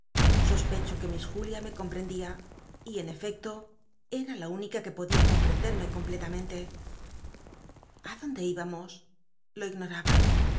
sospecho que miss julia me comprendía y en efecto eta la única que podia comprendetme completamente a donde íbamos lo ignoraba